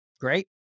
Great